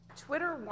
Twitter